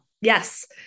Yes